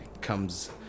comes